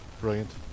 Brilliant